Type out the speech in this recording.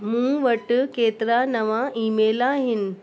मूं वटि केतिरा नवां ईमेल आहिनि